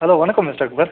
hello வணக்கம் mister Akbar